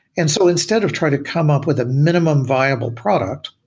and so instead of trying to come up with a minimum viable product,